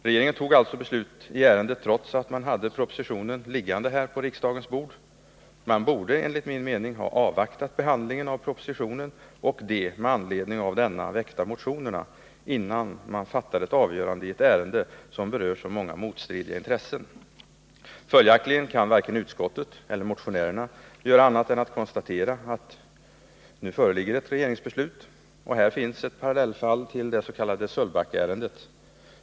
Regeringen fattade alltså beslut i ärendet trots att man hade propositionen liggande på riksdagens bord. Man borde enligt min mening ha avvaktat behandlingen av propositionen och de med anledning av denna väckta motionerna, innan man fattade ett avgörande i ett ärende som berör så många motstridiga intressen. Följaktligen kan varken utskottet eller motionärerna göra annat än att konstatera att det nu föreligger ett regeringsbeslut. Här finns ett parallellfall till det s.k. Sölvbackaärendet.